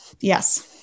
Yes